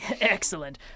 Excellent